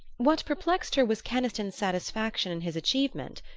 what perplexed her was keniston's satisfaction in his achievement.